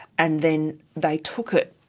and then they took it